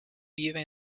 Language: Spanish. vive